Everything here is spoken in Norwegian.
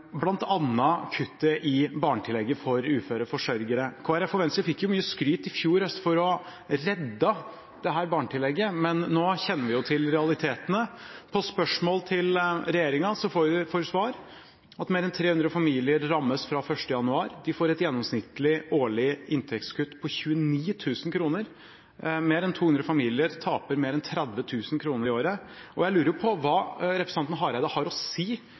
bl.a. kuttet i barnetillegget for uføre forsørgere. Kristelig Folkeparti og Venstre fikk i fjor høst mye skryt for å ha reddet dette barnetillegget, men nå kjenner vi realitetene. På spørsmål til regjeringen får vi til svar at mer enn 300 familier rammes fra 1. januar. De får et gjennomsnittlig årlig inntektskutt på 29 000 kr. Mer enn 200 familier taper mer enn 30 000 kr i året. Jeg lurer på hva representanten Hareide har å si